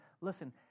Listen